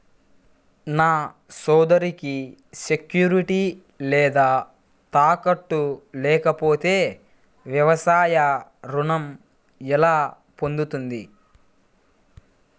నా సోదరికి సెక్యూరిటీ లేదా తాకట్టు లేకపోతే వ్యవసాయ రుణం ఎలా పొందుతుంది?